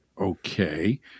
Okay